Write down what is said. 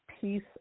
peace